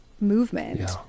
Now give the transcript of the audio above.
movement